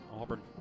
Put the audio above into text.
Auburn